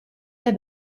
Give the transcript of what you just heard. der